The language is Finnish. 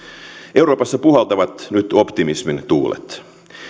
euroopassa puhaltavat nyt optimismin tuulet